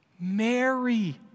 Mary